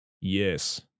Yes